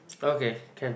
okay can